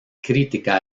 crítica